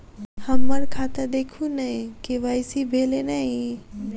हम्मर खाता देखू नै के.वाई.सी भेल अई नै?